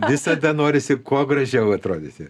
visada norisi kuo gražiau atrodyti